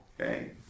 okay